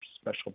special